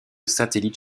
satellites